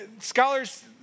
Scholars